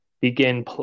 begin